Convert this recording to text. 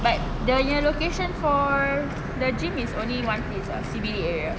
but dia nya location for the gym is only one place ah C_B_D area